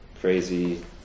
crazy